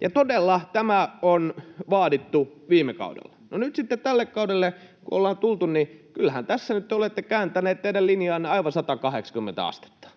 Ja todella tämä on vaadittu viime kaudella. No nyt sitten, kun tälle kaudelle ollaan tultu, niin kyllähän tässä te olette kääntäneet teidän linjanne aivan 180 astetta.